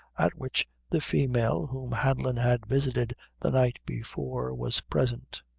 at which the female whom hanlon had visited the night before was present.